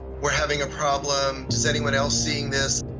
we're having a problem. is anyone else seeing this?